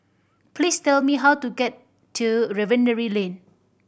please tell me how to get to Refinery Lane